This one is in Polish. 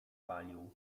palił